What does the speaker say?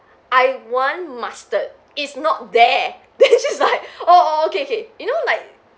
I want mustard it's not there then she's like oh oh okay okay you know like I mean some